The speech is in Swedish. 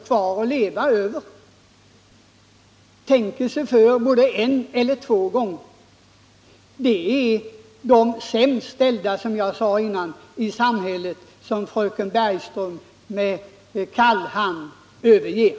kvar att leva på tänker sig för både en och två gånger? Det är som jag tidigare sade de sämst ställda i samhället som fröken Bergström med kall hand avvisar.